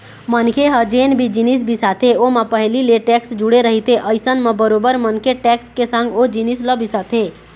मनखे ह जेन भी जिनिस बिसाथे ओमा पहिली ले टेक्स जुड़े रहिथे अइसन म बरोबर मनखे टेक्स के संग ओ जिनिस ल बिसाथे